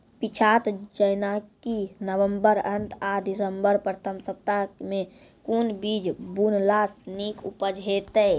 पीछात जेनाकि नवम्बर अंत आ दिसम्बर प्रथम सप्ताह मे कून बीज बुनलास नीक उपज हेते?